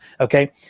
okay